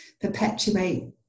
perpetuate